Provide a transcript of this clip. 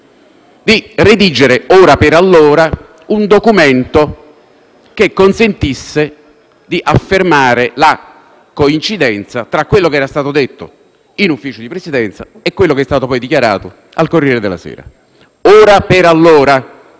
di redigere ora per allora un documento che consentisse di affermare la coincidenza tra quello che era stato detto in una seduta dell'Ufficio di Presidenza e quello che è stato poi dichiarato al «Corriere della Sera», e ripeto ora